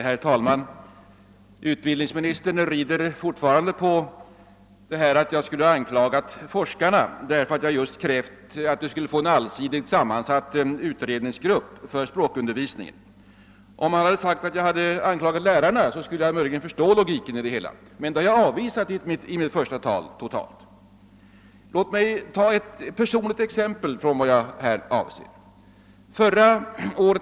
Herr talman! Utbildningsministern framhärdar med att jag skulle ha anklagat forskarna därför att jag vill ha en allsidigt sammansatt utredningsgrupp för språkundervisningen. Om statsrådet hade sagt att jag hade anklagat lärarna skulle jag möjligen ha förstått logiken, men det avvisade jag helt i mitt första anförande. Låt mig ta ett personligt exempel på vad jag avsåg.